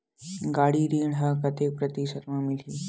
गाड़ी ऋण ह कतेक प्रतिशत म मिलही?